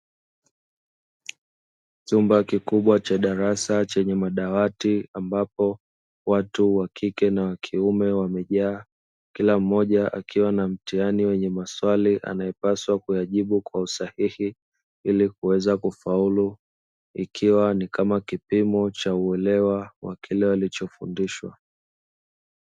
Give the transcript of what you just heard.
Chumba kikubwa cha darasa chenye madawati ambapo watu wakike na kiume wamejaa kila mmoja akiwa na mtihani wenye maswali, anayopaswa kuyajibu kwa usahihi ilikuweza kufaulu ikiwa ni kama kipimo cha uelewa wa kile walichofundishwa.